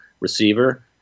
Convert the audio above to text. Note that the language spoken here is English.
receiver